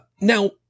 now